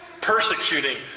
persecuting